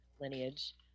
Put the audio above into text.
lineage